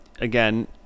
again